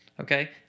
Okay